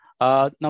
now